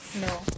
No